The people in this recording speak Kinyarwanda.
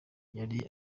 yari